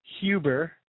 Huber